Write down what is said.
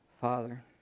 Father